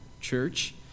church